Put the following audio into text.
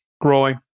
Growing